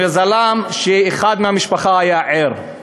למזלם, אחד מהמשפחה היה ער,